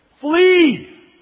Flee